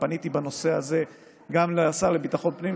ופניתי בנושא הזה גם לשר לביטחון פנים.